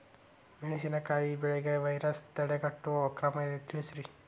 ಮೆಣಸಿನಕಾಯಿ ಬೆಳೆಗೆ ವೈರಸ್ ತಡೆಗಟ್ಟುವ ಕ್ರಮ ತಿಳಸ್ರಿ